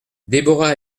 deborah